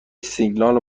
سیگنال